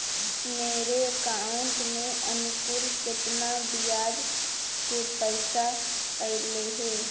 मेरे अकाउंट में अनुकुल केतना बियाज के पैसा अलैयहे?